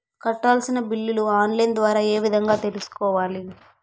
కట్టాల్సిన బిల్లులు online ద్వారా ఏ విధంగా తెలుసుకోవాలి?